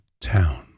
town